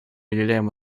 уделяем